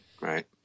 Right